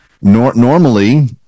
Normally